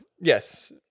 Yes